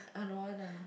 uh no one ah